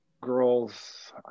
girls